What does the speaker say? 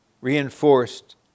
reinforced